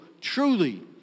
truly